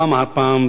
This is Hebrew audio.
פעם אחר פעם,